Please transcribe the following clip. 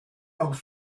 auch